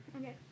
Okay